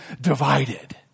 divided